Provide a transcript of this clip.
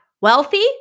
wealthy